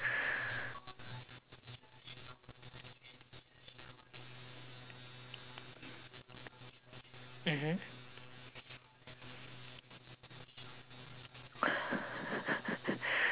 mmhmm